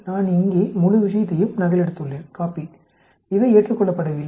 நான் இங்கே முழு விஷயத்தையும் நகலெடுத்துள்ளேன் இவை ஏற்றுக்கொள்ளப்படவில்லை